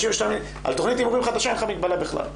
על תכנית הימורים חדשה אין לך מגבלה בכלל.